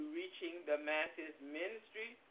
reachingthemassesministry